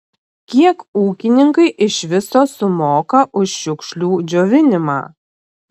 kiek ūkininkai iš viso sumoka už šiukšlių džiovinimą